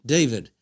David